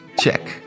Check